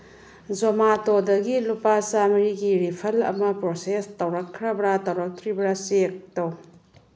ꯖꯣꯃꯥꯇꯣꯗꯒꯤ ꯂꯨꯄꯥ ꯆꯥꯝꯃꯔꯤꯒꯤ ꯔꯤꯐꯟ ꯑꯃ ꯄ꯭ꯔꯣꯁꯦꯁ ꯇꯧꯔꯛꯈ꯭ꯔꯥꯕ ꯇꯧꯔꯛꯇ꯭ꯔꯤꯕ꯭ꯔꯥ ꯆꯦꯛ ꯇꯧ